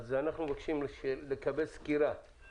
אז אנחנו מבקשים לקבל סקירה,